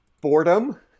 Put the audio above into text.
boredom